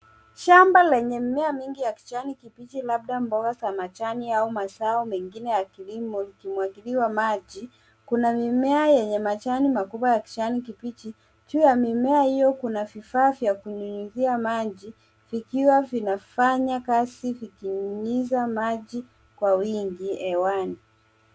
Shamba lenye mimea mingi ya kijani kibichi labda mboga za majani au mazao mengine ya kilimo, likimwagiliwa maji. Kuna mimea yenye majani makubwa ya kijani kibichi. Juu ya mimea hiyo kuna vifaa vya kunyunyizia maji, vikiwa vinafanya kazi vikinyunyiza maji kwa wingi hewani.